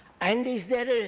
and is there